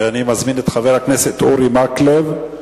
אני מזמין את חבר הכנסת אורי מקלב.